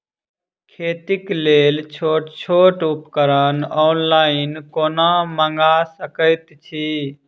खेतीक लेल छोट छोट उपकरण ऑनलाइन कोना मंगा सकैत छी?